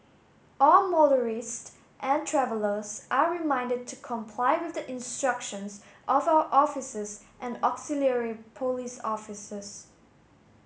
all motorist and travellers are reminded to comply with the instructions of our officers and auxiliary police officers